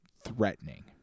threatening